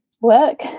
work